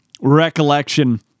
recollection